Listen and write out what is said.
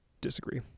Disagree